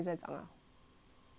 you didn't know right